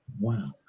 wow